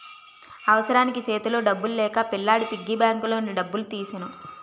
అవసరానికి సేతిలో డబ్బులు లేక పిల్లాడి పిగ్గీ బ్యాంకులోని డబ్బులు తీసెను